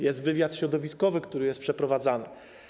Jest wywiad środowiskowy, który jest przeprowadzany.